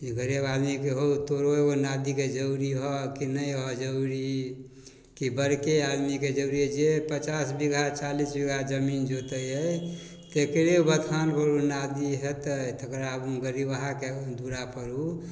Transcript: गरीब आदमीके हउ तोरो एगो नादिके जरूरी हऽ कि नहि हऽ जरूरी कि बड़के आदमीके जरूरी हइ जे पचास बीघा चालिस बीघा जमीन जोतै हइ तकरे बथानपर ओ नादि हेतै तकरा गरिबहाके दुअरापर ओ